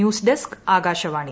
news desk Akashvani